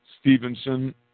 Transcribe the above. Stevenson